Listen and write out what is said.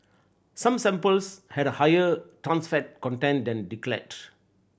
some samples had a higher trans fat content than declared